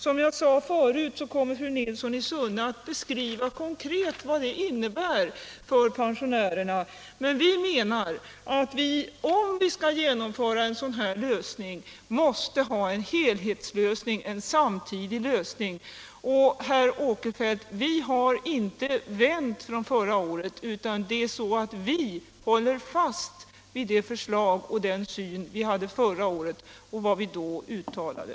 Som jag sade förut, kommer fru Nilsson i Sunne att beskriva konkret vad det innebär för pensionärerna. Vi menar att om det skall genomföras en sådan här lösning måste det vara en helhetslösning, en samtidig lösning. Vi har inte vänt från förra året herr Åkerfeldt, utan vi håller fast vid det förslag och den syn vi hade förra året och vad vi då uttalade.